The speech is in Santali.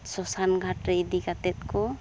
ᱥᱚᱥᱟᱱ ᱜᱷᱟᱴ ᱨᱮ ᱤᱫᱤ ᱠᱟᱛᱮᱫ ᱠᱚ